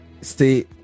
stay